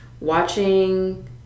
watching